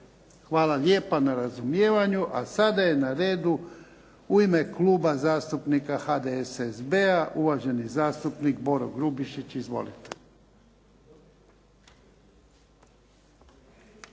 Hvala lijepa na razumijevanju. A sada je na redu u ime Kluba zastupnika HDSSB-a uvaženi zastupnik Boro Grubišić. Izvolite.